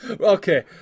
Okay